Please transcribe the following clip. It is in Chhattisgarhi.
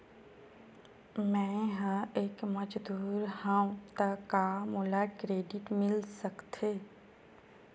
मैं ह एक मजदूर हंव त का मोला क्रेडिट मिल सकथे?